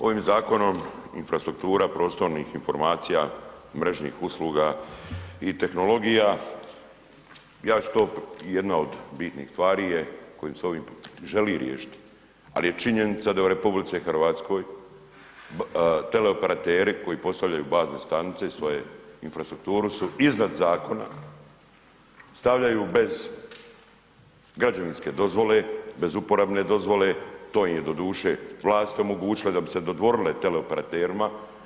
Ovim zakonom infrastruktura prostornih informacija, mrežnih usluga i tehnologija jedna od bitnih stvari je kojim se ovim želi riješiti, ali je činjenica da u RH teleoperateri koji postavljaju bazne stanice svoju infrastrukturu su iznad zakona, stavljaju bez građevinske dozvole, bez uporabne dozvole, to im je doduše vlast omogućila da bi se dodvorile teleoperaterima.